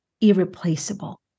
irreplaceable